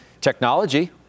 technology